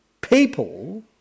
people